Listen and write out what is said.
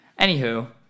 anywho